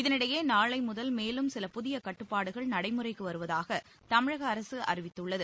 இதனிடையே நாளைமுதல் மேலும் சில புதிய கட்டுப்பாடுகள் நடைமுறைக்கு வருவதாக தமிழக அரசு அறிவித்துள்ளது